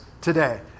today